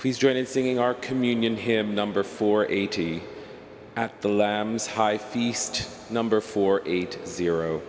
please join and sing our communion him number four eighty at the lambs high feast number four eight zero